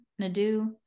Nadu